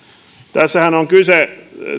tässähän on kyse